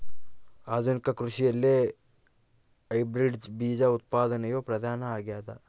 ಆಧುನಿಕ ಕೃಷಿಯಲ್ಲಿ ಹೈಬ್ರಿಡ್ ಬೇಜ ಉತ್ಪಾದನೆಯು ಪ್ರಧಾನ ಆಗ್ಯದ